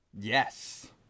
Yes